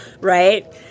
Right